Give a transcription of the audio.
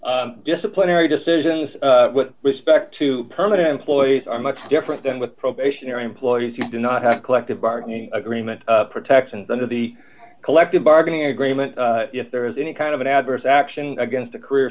extent disciplinary decisions with respect to permanent employees are much different than with probationary employees you do not have collective bargaining agreement protections under the collective bargaining agreement if there is any kind of an adverse action against a career